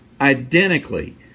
identically